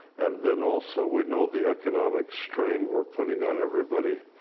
and then also we know the economic strain we're putting on everybody.